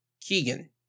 Keegan